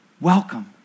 welcome